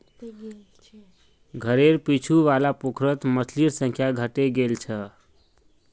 घरेर पीछू वाला पोखरत मछलिर संख्या घटे गेल छ